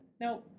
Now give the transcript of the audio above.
No